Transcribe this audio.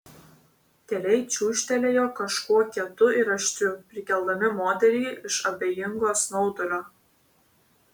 keliai čiūžtelėjo kažkuo kietu ir aštriu prikeldami moterį iš abejingo snaudulio